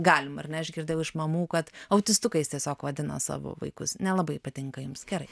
galim ar ne aš girdėjau iš mamų kad autistukais tiesiog vadina savo vaikus nelabai patinka jums gerai